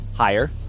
Higher